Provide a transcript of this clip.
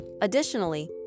Additionally